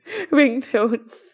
Ringtones